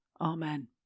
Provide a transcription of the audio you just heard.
Amen